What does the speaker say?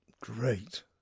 Great